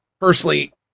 personally